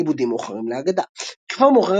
עיבודים מאוחרים לאגדה בתקופה מאוחרת,